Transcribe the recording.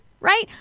right